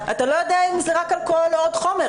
אתה לא יודע אם זה רק אלכוהול או עוד חומר,